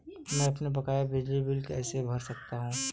मैं अपने बकाया बिजली बिल को कैसे भर सकता हूँ?